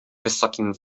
wysokim